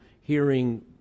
hearing